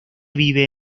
vive